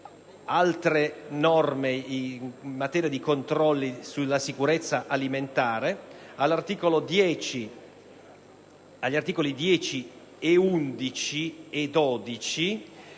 altre norme in materia di controlli sulla sicurezza alimentare. Gli articoli 10, 11 e 12